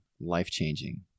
life-changing